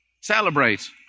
celebrate